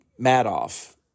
Madoff